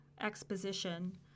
exposition